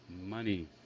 Money